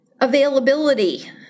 Availability